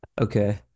Okay